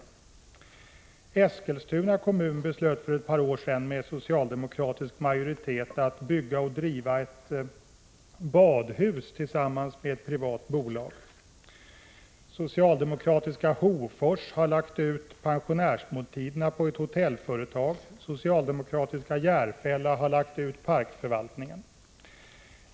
Den socialdemokratiska majoriteten i Eskilstuna kommun beslöt för ett par år sedan att bygga och driva ett badhus tillsammans med ett privat bolag. Socialdemokratiska Hofors har lagt ut pensionärsmåltidsverksamheten på ett hotellföretag, och socialdemokratiska Järfälla har lagt ut parkförvaltningen på ett privat företag.